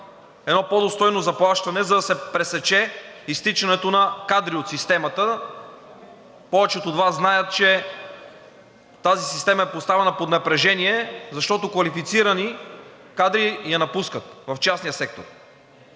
едно по-достойно заплащане, за да се пресече изтичането на кадри от системата. Повечето от Вас знаят, че тази система е поставена под напрежение, защото квалифицирани кадри я напускат в частния сектор,